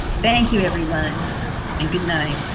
thank you everyone and good night